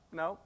no